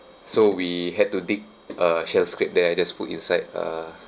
so we had to dig a shell scrape there I just put inside uh